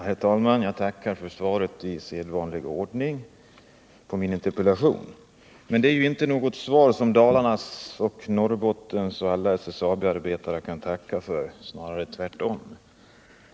Herr talman! Jag tackar i sedvanlig ordning för svaret på min interpellation. Men det är ju inte något svar som människorna i Dalarna och Norrbotten och alla SSAB-arbetare kan tacka för, snarare tvärtom.